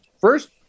first